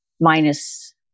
minus